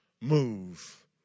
move